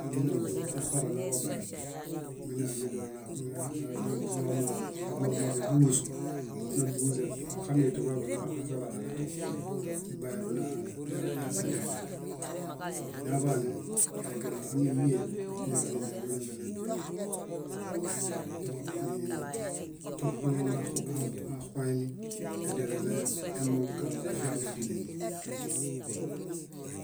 amizoyaxoroŋ naḃaeb minalemeɭélo nabuo amooġo, amooġo máḃebulusum nábuuze axamainto mañaḃanafiaġalo aɭeto, nibaeb nadiamo. Naḃaane egieno ámiyiẽe, eyaḃa néɭeġu nembie neźieni nii káṗuleeġom moaxuemi ediale nemaŋ kalo nefia bádieneli.